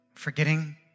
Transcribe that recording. forgetting